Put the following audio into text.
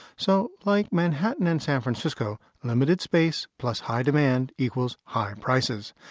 so like manhattan and san francisco, limited space plus high demand equals high prices.